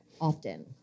often